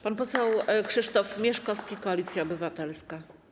Pan poseł Krzysztof Mieszkowski, Koalicja Obywatelska.